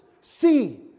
See